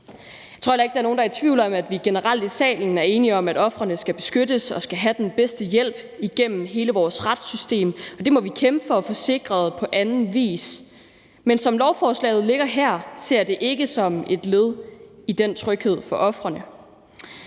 heller ikke, der er nogen, der er i tvivl om, at vi generelt i salen er enige om, at ofrene skal beskyttes og skal have den bedste hjælp igennem hele vores retssystem, og det må vi kæmpe for at få sikret på anden vis. Men som lovforslaget ligger her, ser jeg det ikke som et led i den tryghed for ofrene.